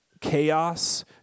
chaos